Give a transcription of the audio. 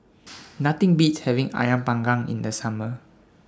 Nothing Beats having Ayam Panggang in The Summer